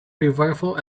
revival